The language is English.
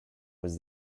was